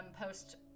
post